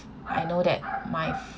I know that my